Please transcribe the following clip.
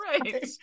right